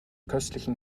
köstlichen